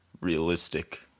realistic